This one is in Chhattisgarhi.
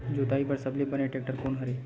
जोताई बर सबले बने टेक्टर कोन हरे?